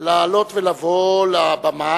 לא רוצים לגזול מאדם,